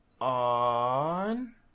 on